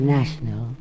National